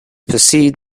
perceived